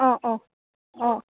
অঁ অঁ অঁ